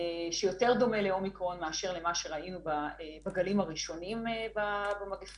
שיותר דומה לאומיקרון מאשר למה שראינו בגלים הראשונים במגיפה.